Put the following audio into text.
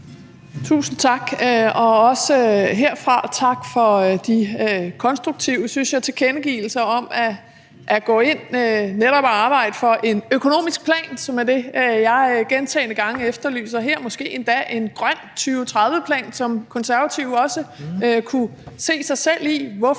Tusind tak. Også herfra tak for de konstruktive, synes jeg, tilkendegivelser om at gå ind netop at arbejde for en økonomisk plan, som er det, jeg gentagne gange efterlyser her, måske endda en grøn 2030-plan, som Konservative også kunne se sig selv i.